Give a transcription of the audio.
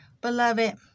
Beloved